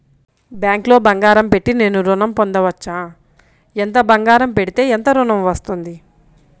బ్యాంక్లో బంగారం పెట్టి నేను ఋణం పొందవచ్చా? ఎంత బంగారం పెడితే ఎంత ఋణం వస్తుంది?